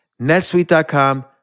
netsuite.com